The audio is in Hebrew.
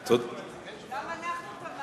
גם אנחנו תמכנו,